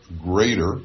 greater